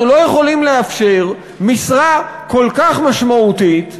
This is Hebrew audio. לא יכולים לאפשר משרה כל כך משמעותית,